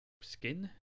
skin